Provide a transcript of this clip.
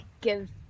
give